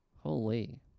holy